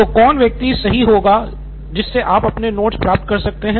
तो कौन व्यक्ति सही होगा जिससे आप अपने नोट्स प्राप्त कर सकते हैं